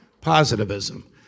positivism